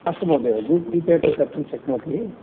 अस्तु महोदयः Google Pay अपि कर्तुं शक्नोति